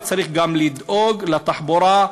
וצריך גם לדאוג לתחבורה,